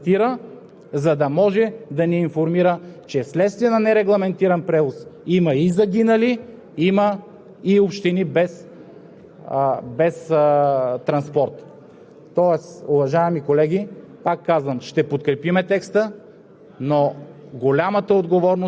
останали общини без транспорт. Това, разбира се, не е така. Ние всички сме наясно, че има такива общини, но няма контрол, няма кой да го констатира, за да може да ни информира, че вследствие на нерегламентиран превоз има и загинали, има и общини без транспорт.